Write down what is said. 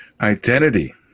identity